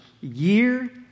year